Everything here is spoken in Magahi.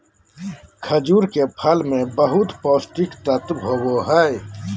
खजूर के फल मे बहुत पोष्टिक तत्व होबो हइ